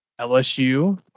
LSU